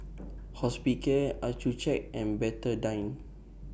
Hospicare Accucheck and Betadine